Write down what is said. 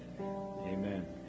Amen